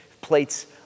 plates